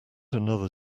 another